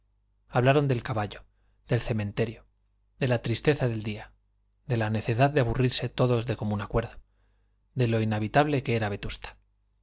hablaron del caballo del cementerio de la tristeza del día de la necedad de aburrirse todos de común acuerdo de lo inhabitable que era vetusta